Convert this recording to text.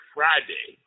Friday